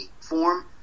form